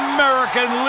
American